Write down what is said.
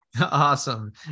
Awesome